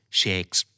shakes